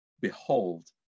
Behold